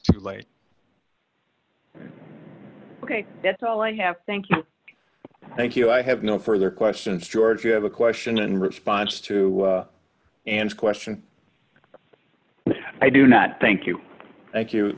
like ok that's all i have thank you thank you i have no further questions george you have a question in response to ann's question i do not thank you thank you